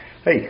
Hey